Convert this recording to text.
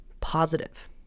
positive